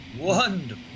Wonderful